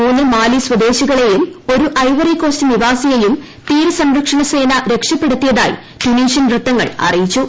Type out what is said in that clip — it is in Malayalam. മൂന്ന് മാലി സ്വദേശികളേയും ഒരു ഐവറി കോസ്റ്റ് നിവാസിയേയും തിരസംരക്ഷണ സേന രക്ഷപ്പെടുത്തിയതായി ടൂണീഷ്യൻ വൃത്തങ്ങൾ അറിയിച്ചു